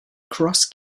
cross